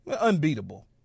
Unbeatable